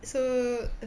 so